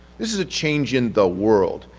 this is a change in the world,